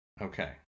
Okay